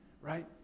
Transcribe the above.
right